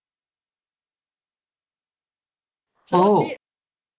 oh